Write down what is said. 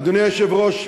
אדוני היושב-ראש,